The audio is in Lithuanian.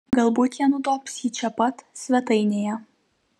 galbūt jie nudobs jį čia pat svetainėje